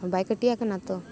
ᱵᱟᱭ ᱠᱟᱹᱴᱤ ᱟᱠᱟᱱᱟ ᱛᱚ